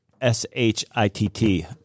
S-H-I-T-T